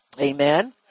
Amen